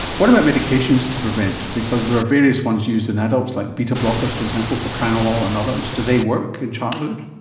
what about medications to prevent, because there are various ones used in adults like beta-blockers, for example, propranolol and others. do they work in childhood?